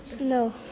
No